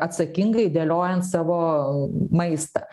atsakingai dėliojant savo maistą